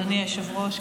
אדוני היושב-ראש,